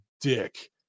dick